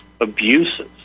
abuses